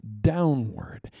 downward